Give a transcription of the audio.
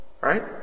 Right